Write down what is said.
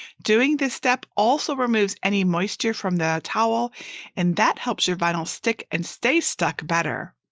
doing this step also removes any moisture from the towel and that helps your vinyl stick and stay stuck better.